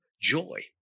joy